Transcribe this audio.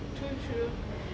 true true